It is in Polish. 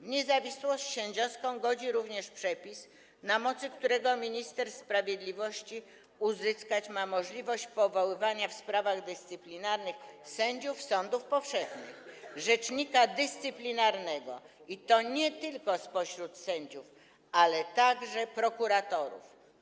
W niezawisłość sędziowską godzi również przepis, na mocy którego minister sprawiedliwości uzyskać ma możliwość powoływania w sprawach dyscyplinarnych sędziów sądów powszechnych rzecznika dyscyplinarnego, i to nie tylko spośród sędziów, ale także prokuratorów.